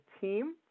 team